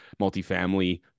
multifamily